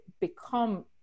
become